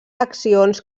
accions